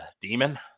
demon